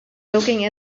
looking